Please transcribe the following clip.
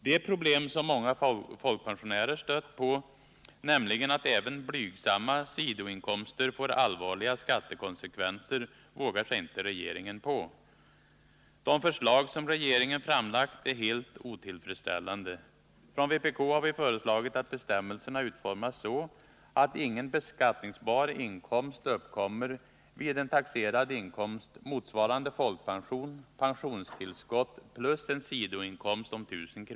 Det problem som många folkpensionärer stött på, nämligen att även blygsamma sidoinkomster får allvarliga skattekonsekvenser, vågar sig regeringen inte på. De förslag som regeringen framlagt är helt otillfredsställande. Från vpk har vi föreslagit att bestämmelserna utformas så, att ingen beskattningsbar inkomst uppkommer vid en taxerad inkomst, motsvarande folkpension och pensionstillskott plus en sidoinkomst om 1000 kr.